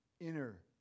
inner